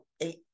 eight